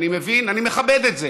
אני מבין, אני מכבד את זה.